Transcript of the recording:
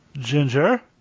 Ginger